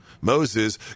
Moses